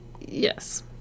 Yes